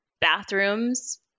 bathrooms